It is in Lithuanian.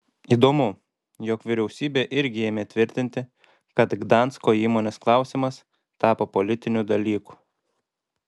įdomu jog vyriausybė irgi ėmė tvirtinti kad gdansko įmonės klausimas tapo politiniu dalyku